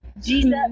Jesus